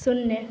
शून्य